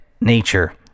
nature